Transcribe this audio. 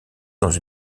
dans